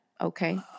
okay